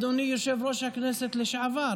אדוני יושב-ראש הכנסת לשעבר.